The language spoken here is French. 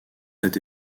cet